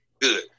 Good